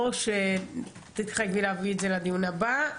או שתתחייבי להביא את זה לדיון הבא,